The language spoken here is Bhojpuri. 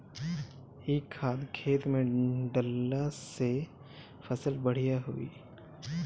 इ खाद खेत में डालला से फसल बढ़िया होई